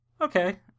Okay